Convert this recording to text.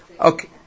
Okay